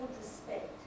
respect